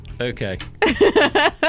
okay